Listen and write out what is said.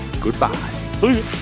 Goodbye